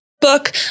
book